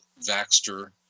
Vaxter